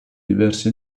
diversi